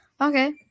Okay